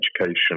education